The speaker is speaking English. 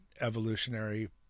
evolutionary